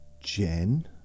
Jen